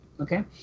okay